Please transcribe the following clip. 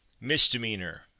Misdemeanor